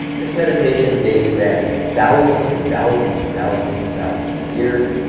this meditation dates back thousands and thousands and thousands and thousands of years.